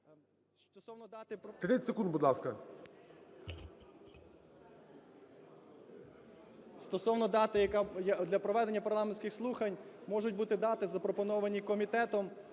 Стосовно дати, яка… Для проведення парламентських слухань можуть бути дати запропоновані комітетом